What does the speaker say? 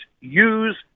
use